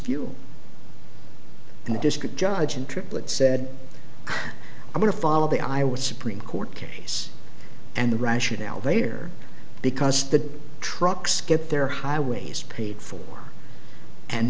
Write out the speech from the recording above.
few in the district judge and triplett said i'm going to follow the i would supreme court case and the rationale there because the trucks get their highways paid for and